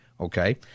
okay